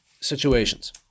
situations